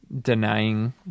denying